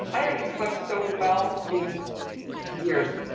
i haven't slept so well in years.